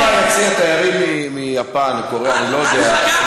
יושבים ביציע תיירים מיפן, מקוריאה, אני לא יודע.